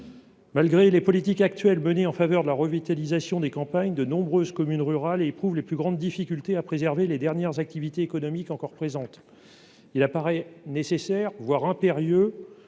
Malgré les politiques actuelles menées en faveur de la revitalisation des campagnes, de nombreuses communes rurales éprouvent les plus grandes difficultés à préserver les dernières activités économiques encore présentes. Il apparaît nécessaire, voire impérieux